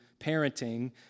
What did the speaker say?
parenting